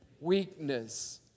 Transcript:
weakness